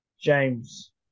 James